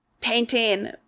Painting